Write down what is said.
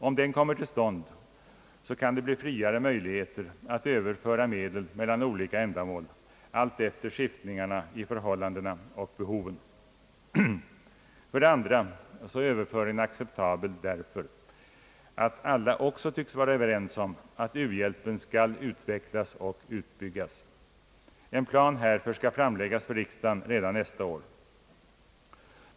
Om den kommer till stånd kan det bli friare möjligheter att överföra medel mellan olika ändamål, alltefter skiftningarna i förhållandena och behoven. För det andra är överföringen acceptabel därför att alla också tycks vara överens om att u-hjälpen skall utvecklas och utbyggas. En plan härför skall framläggas för riksdagen redan nästa år.